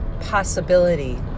possibility